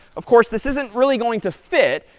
of course, this isn't really going to fit.